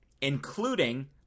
including